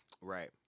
right